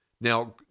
Now